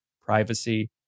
privacy